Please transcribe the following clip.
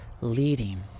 leading